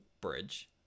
bridge